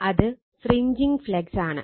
അത് fringing flux ആണ്